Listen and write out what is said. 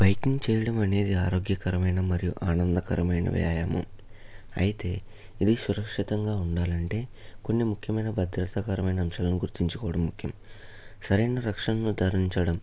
biking చేయడం అనేది ఆరోగ్యకరమైన మరియు ఆనందకరమైన వ్యాయామం అయితే ఇది సురక్షితంగా ఉండాలంటే కొన్ని ముఖ్యమైన భద్రతా పరమయిన అంశాలను గుర్తుంచుకోవడం అవసరం సరైన రక్షణను ధరించడం